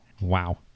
Wow